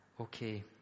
okay